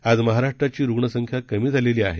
आज महाराष्ट्राची रुण संख्या कमी आलेली आहे